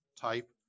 type